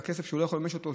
כסף שהוא לא יכול לממש אותו,